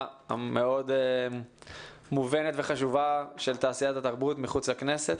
המאוד מובנת וחשובה של תעשיית התרבות מחוץ לכנסת